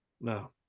No